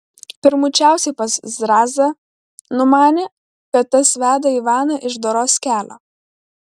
pirmučiausia pas zrazą numanė kad tas veda ivaną iš doros kelio